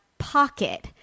pocket